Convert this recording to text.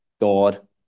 God